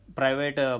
private